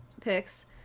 picks